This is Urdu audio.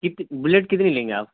کتنی بلیٹ کتنی لیں گے آپ